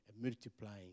multiplying